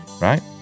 right